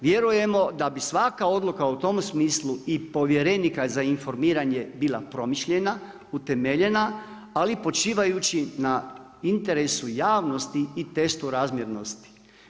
Vjerujemo da bi svaka odluka u tom smislu i povjerenika za informiranje bila promišljena, utemeljena, ali počivajući na interesu javnosti i testu razmjernosti.